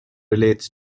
relates